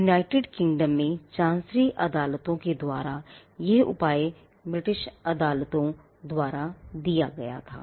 United Kingdom में chancery अदालतों द्वारा यह उपाय ब्रिटिश अदालतों द्वारा दिया गया था